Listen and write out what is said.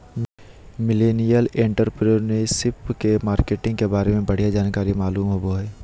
millennial entrepreneurship के marketing के बारे में बढ़िया जानकारी मालूम होबो हय